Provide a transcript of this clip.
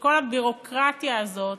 כשכל הביורוקרטיה הזאת